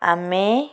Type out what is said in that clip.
ଆମେ